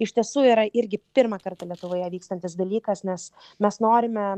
iš tiesų yra irgi pirmą kartą lietuvoje vykstantis dalykas nes mes norime